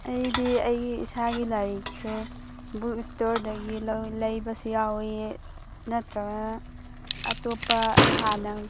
ꯑꯩꯗꯤ ꯑꯩꯒꯤ ꯏꯁꯥꯒꯤ ꯂꯥꯏꯔꯤꯛꯁꯦ ꯕꯨꯛ ꯁ꯭ꯇꯣꯔꯗꯒꯤ ꯂꯧꯋꯤ ꯂꯩꯕꯁꯨ ꯌꯥꯎꯋꯤ ꯅꯠꯇ꯭ꯔꯒꯅ ꯑꯇꯣꯞꯄ ꯍꯥꯟꯅ